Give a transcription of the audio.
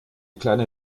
kleine